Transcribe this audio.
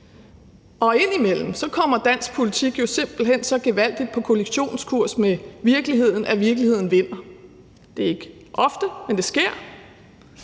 Og indimellem kommer dansk politik simpelt hen så gevaldigt på kollisionskurs med virkeligheden, at virkeligheden vinder. Det er ikke ofte, men det sker.